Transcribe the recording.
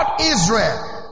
Israel